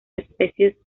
especies